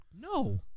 No